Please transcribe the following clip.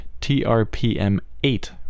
trpm8